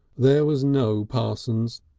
there was no parsons,